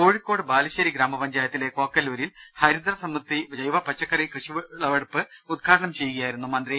കോഴിക്കോട് ബാലുശ്ശേരി ഗ്രാമപഞ്ചായ ത്തിലെ കോക്കല്പൂരിൽ ഹരിത സമൃദ്ധി ജൈവ പച്ചക്കറി കൃഷിവിളവെടുപ്പ് ഉദ്ഘാടനം ചെയ്യുകയായിരുന്നു മന്ത്രി